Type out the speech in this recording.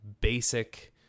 basic